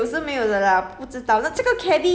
eh 我跟你讲没有 liao